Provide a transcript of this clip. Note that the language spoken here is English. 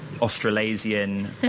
Australasian